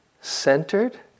centered